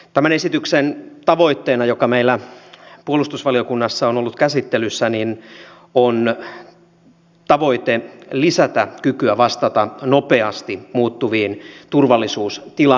tämän esityksen tavoitteena joka meillä puolustusvaliokunnassa on ollut käsittelyssä on lisätä kykyä vastata nopeasti muuttuviin turvallisuustilanteisiin